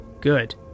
Good